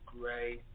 Grey